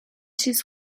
چیز